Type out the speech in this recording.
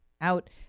out